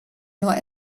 nur